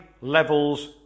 levels